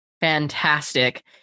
fantastic